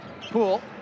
pool